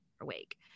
awake